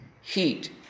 heat